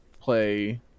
play